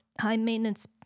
high-maintenance